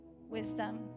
wisdom